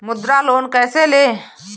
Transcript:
मुद्रा लोन कैसे ले?